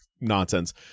nonsense